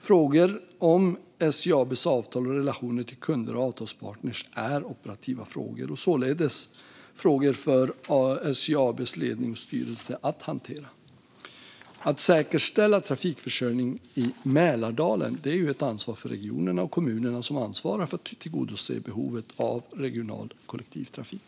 Frågor om SJ AB:s avtal och relationer till kunder och avtalspartner är operativa frågor och således frågor för SJ AB:s ledning och styrelse att hantera. Att säkerställa trafikförsörjning i Mälardalen är ett ansvar för regionerna och kommunerna som ansvarar för att tillgodose behovet av regional kollektivtrafik.